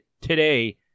today